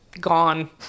gone